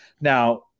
Now